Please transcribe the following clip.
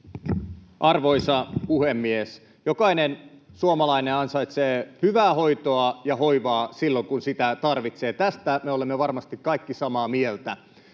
Arvoisa puhemies! Jokainen suomalainen ansaitsee hyvää hoitoa ja hoivaa silloin, kun sitä tarvitsee — tästä me olemme varmasti kaikki samaa mieltä.